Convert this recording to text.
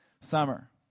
summer